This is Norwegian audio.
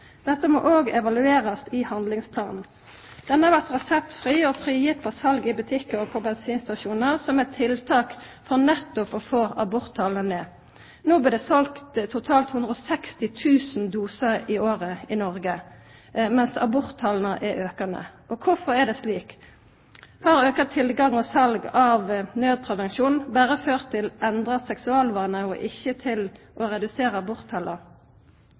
Dette må òg evaluerast i handlingsplanen. Denne pilla vart reseptfri og frigitt for sal i butikkar og på bensinstasjonar som eit tiltak for nettopp å få aborttala ned. No blir det selt totalt 160 000 dosar i året i Noreg, medan aborttala er aukande. Kvifor er det slik? Har auka tilgang til og sal av naudprevensjon berre ført til endra seksualvanar, og ikkje til reduserte aborttal? Desse spørsmåla viser behovet for å